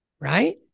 Right